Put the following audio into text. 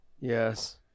Yes